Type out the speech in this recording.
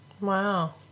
Wow